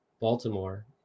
Baltimore